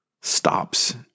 stops